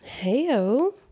Heyo